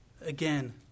Again